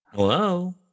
hello